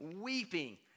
weeping